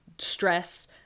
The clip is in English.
Stress